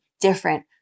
different